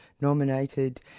nominated